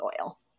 oil